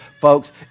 folks